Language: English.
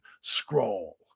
scroll